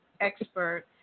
expert